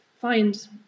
find